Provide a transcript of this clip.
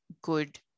good